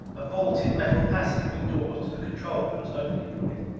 a vaulted metal passage, with doors to the control rooms opening from it.